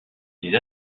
les